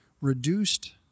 reduced